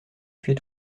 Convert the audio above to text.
tuer